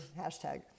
hashtag